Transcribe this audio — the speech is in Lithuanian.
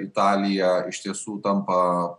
italija iš tiesų tampa